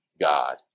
God